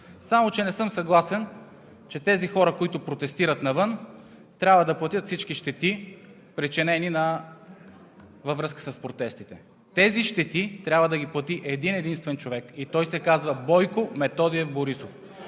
Само че не съм съгласен, че тези хора, които протестират навън, трябва да платят всички щети, причинени във връзка с протестите. Тези щети трябва да ги плати един-единствен човек и той се казва Бойко Методиев Борисов.